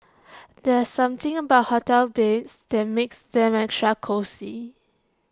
there's something about hotel beds that makes them extra cosy